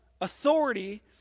authority